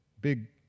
big